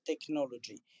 technology